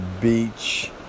beach